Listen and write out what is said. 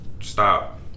stop